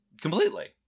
Completely